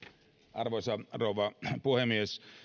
arvoisa rouva puhemies